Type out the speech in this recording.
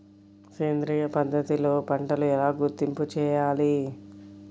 సేంద్రియ పద్ధతిలో పంటలు ఎలా గుర్తింపు చేయాలి?